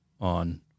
on